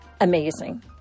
Amazing